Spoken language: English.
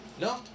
No